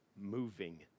moving